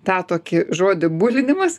tą tokį žodį bulinimas